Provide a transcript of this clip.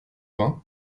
vingts